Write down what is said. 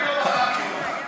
אני לא בחרתי אותם,